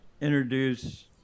introduce